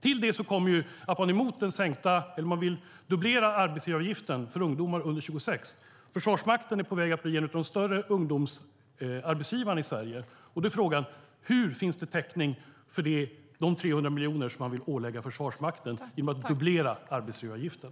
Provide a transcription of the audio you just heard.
Till det kommer att man vill dubblera arbetsgivaravgiften för ungdomar under 26 år. Försvarsmakten är på väg att bli en av de större ungdomsarbetsgivarna i Sverige, och då är frågan: Hur finns det täckning för de 300 miljoner som man vill ålägga Försvarsmakten genom att dubblera arbetsgivaravgiften?